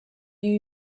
new